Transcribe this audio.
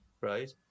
Right